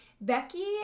Becky